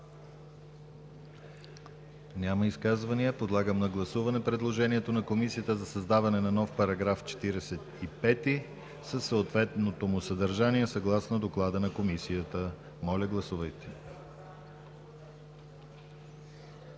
Няма. Подлагам на гласуване предложението на Комисията за създаване на § 81 със съответното му съдържание, съгласно доклада на Комисията. Моля гласувайте.